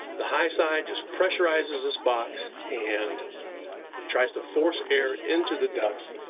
the high side just pressurizes this box and tries to force air into the ducts.